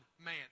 man